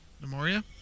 Memoria